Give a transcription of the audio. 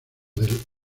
del